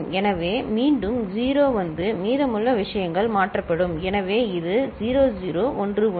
எனவே மீண்டும் 0 வந்து மீதமுள்ள விஷயங்கள் மாற்றப்படும் எனவே இது 0 0 1 1